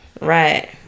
Right